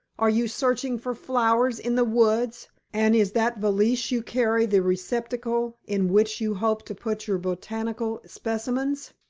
are you searching for flowers in the woods, and is that valise you carry the receptacle in which you hope to put your botanical specimens?